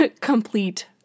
complete